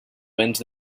béns